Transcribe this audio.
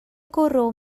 gwrw